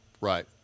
Right